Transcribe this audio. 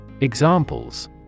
Examples